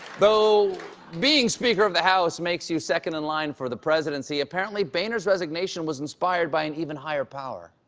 though being speaker of the house makes you second in line for the presidency, apparently boehner's resignation was inspired by an even higher power.